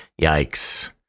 yikes